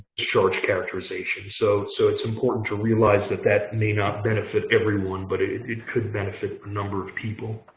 charge characterizations. so so it's important to realize that that may not benefit everyone, but it could benefit a number of people.